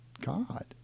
God